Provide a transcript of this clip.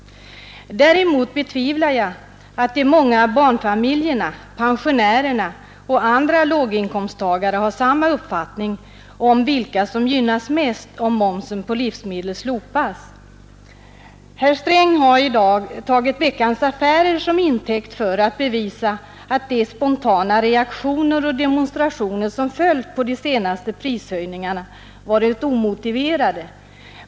Däremot betvivlar jag att de många barnfamiljerna, pensionärerna och andra låginkomsttagare har samma uppfattning om vilka som gynnas mest om momsen på livsmedel slopas. Herr Sträng har i dag tagit Veckans Affärer som intäkt för påståendet, att de spontana reaktioner och demonstrationer som följt på de senaste prishöjningarna varit omotiverade.